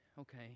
okay